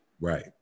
Right